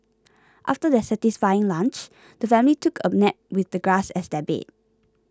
after their satisfying lunch the family took a nap with the grass as their bed